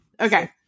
Okay